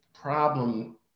problem